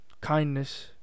kindness